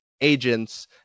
agents